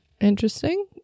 Interesting